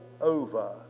over